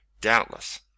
doubtless